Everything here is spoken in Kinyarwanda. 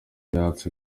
yatse